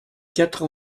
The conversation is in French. quatre